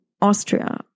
Austria